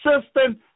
assistant